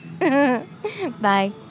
Bye